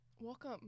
welcome